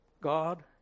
God